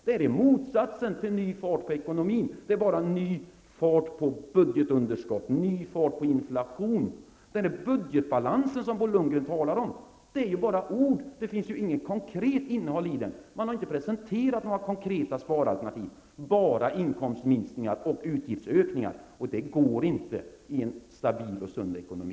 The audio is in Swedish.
Detta är en motsats till ny start på ekonomin. Det är bara ny fart på budgetunderskott och inflation. Vad Bo Lundgren säger om budgetbalansen är ju bara ord. Det finns ju inget konkret innehåll. Man har ju inte presenterat några konkreta sparalternativ, bara inkomstminskningar och utgiftsökningar. Detta går inte för sig i en stabil och sund ekonomi.